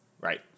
Right